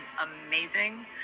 amazing